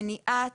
מניעה,